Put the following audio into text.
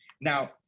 Now